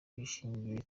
bishingiye